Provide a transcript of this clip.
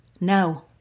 no